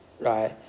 right